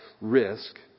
risk